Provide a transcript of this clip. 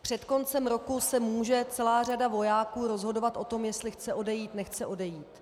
Před koncem roku se může celá řada vojáků rozhodovat o tom, jestli chce odejít, nechce odejít.